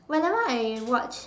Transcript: whenever I watch